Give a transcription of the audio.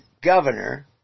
governor